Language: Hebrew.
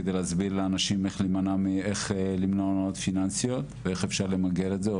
כדי להסביר לאנשים איך למנוע הונאות פיננסיות ואיך אפשר למגר את זה,